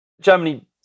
Germany